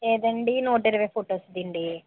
ఏదండీ నూట ఇరవై ఫొటోస్దా అండీ